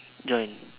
join